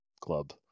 club